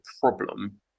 problem